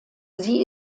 sie